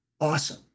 awesome